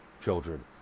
children